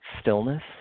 stillness